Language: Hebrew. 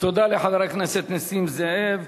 תודה לחבר הכנסת נסים זאב.